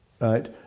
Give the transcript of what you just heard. right